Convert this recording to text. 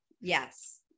yes